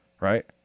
Right